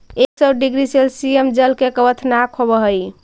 एक सौ degree Celsius जल के क्वथनांक होवऽ हई